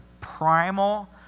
primal